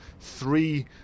three